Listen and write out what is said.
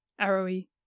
arrowy